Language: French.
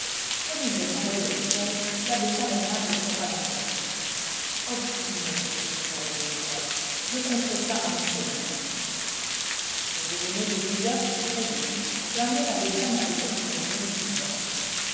comme il descendait de l'échelle l'abbé chas bernard le serra dans ses bras optime s'écria le bon prêtre je conterai ça à monseigneur le déjeuner de dix heures fut très gai jamais l'abbé chas n'avait vu son église si belle